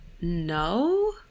no